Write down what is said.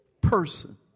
person